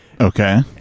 Okay